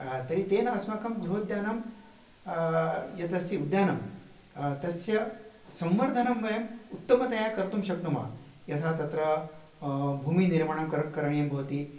तर्हि तेन अस्माकं गृहोद्यानं यदस्ति उद्यानं तस्य संवर्धनं वयम् उत्तमतया कर्तुं शक्नुमः यथा तत्र भूमिनिर्माणं कर करणीयं भवति